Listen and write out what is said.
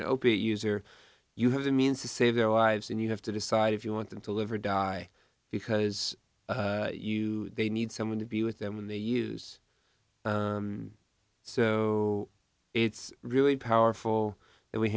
opiate user you have the means to save their lives and you have to decide if you want them to live or die because you they need someone to be with them when they use so it's really powerful and we